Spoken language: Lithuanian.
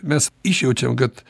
mes išjaučiam kad